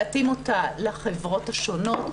להתאים אותה לחברות השונות.